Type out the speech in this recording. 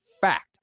fact